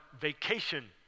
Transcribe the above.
vacation